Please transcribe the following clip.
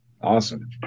awesome